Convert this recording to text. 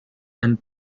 and